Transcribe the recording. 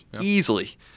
Easily